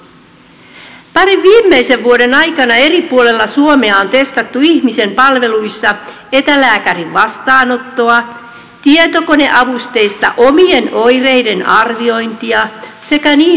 parin viimeisen vuoden aikana eri puolilla suomea on testattu ihmisen palveluissa etälääkärin vastaanottoa tietokoneavusteista omien oireiden arviointia sekä niin sanottua omahoitoa